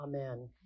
Amen